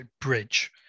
bridge